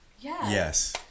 Yes